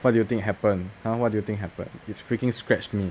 what do you think happen !huh! what do you think happened it freaking scratch me